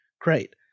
Great